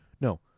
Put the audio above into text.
No